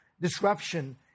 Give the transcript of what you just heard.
disruption